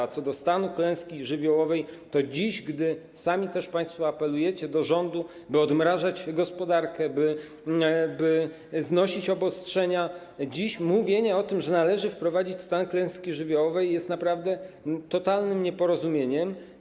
A co do stanu klęski żywiołowej to dzisiaj, gdy sami państwo apelujecie do rządu, by odmrażać gospodarkę, znosić obostrzenia, mówienie o tym, że należy wprowadzić stan klęski żywiołowej, jest naprawdę totalnym nieporozumieniem.